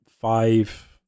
five